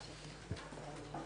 15:14.